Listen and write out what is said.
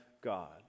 God